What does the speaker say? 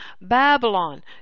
Babylon